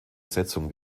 besetzung